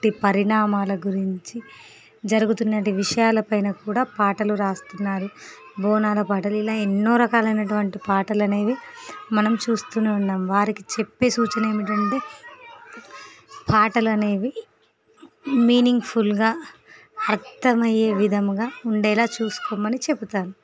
పరిణామాల గురించి జరుగుతున్నటి విషయాలపైన కూడా పాటలు రాస్తున్నారు బోనాల పాటలు ఇలా ఎన్నో రకాలైనటువంటి పాటలనేవి మనం చూస్తూనే ఉన్నాం వారికి చెప్పే సూచన ఏమిటంటే పాటలనేవి మీనింగ్ ఫుల్గా అర్థమయ్యే విధముగా ఉండేలా చూసుకోమని చెబుతాం